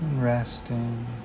resting